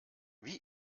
wie